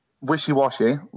wishy-washy